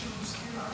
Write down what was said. מישל בוסקילה,